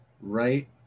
Right